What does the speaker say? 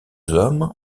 hommes